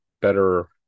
better